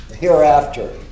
hereafter